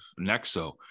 Nexo